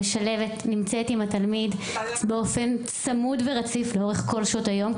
המשלבת נמצאת עם התלמיד באופן צמוד ורציף לאורך כל שעות היום,